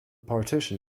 partition